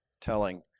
telling